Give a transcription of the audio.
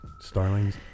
starlings